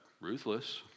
ruthless